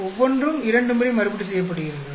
ஒவ்வொன்றும் இரண்டு முறை மறுபடி செய்யப்பட்டிருகிறது